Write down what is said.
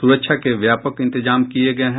सुरक्षा के व्यापक इंतजाम किये गये हैं